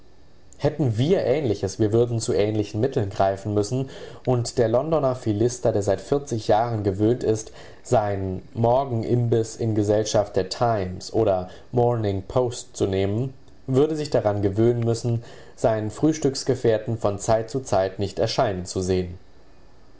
hätten wir ähnliches wir würden zu ähnlichen mitteln greifen müssen und der londoner philister der seit jahren gewöhnt ist seinen morgenimbiß in gesellschaft der times oder morning post zu nehmen würde sich daran gewöhnen müssen seinen frühstücksgefährten von zeit zu zeit nicht erscheinen zu sehen